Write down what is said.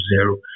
zero